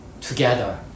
together